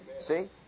See